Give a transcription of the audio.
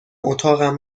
اتاقم